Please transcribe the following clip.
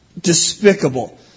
despicable